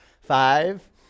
Five